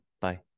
Bye